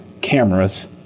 cameras